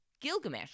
Gilgamesh